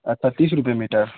اچھا تیس روپے میٹر